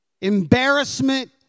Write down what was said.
Embarrassment